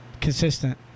Consistent